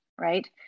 right